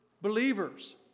believers